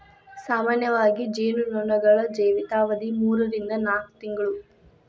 ಸಾಮಾನ್ಯವಾಗಿ ಜೇನು ನೊಣಗಳ ಜೇವಿತಾವಧಿ ಮೂರರಿಂದ ನಾಕ ತಿಂಗಳು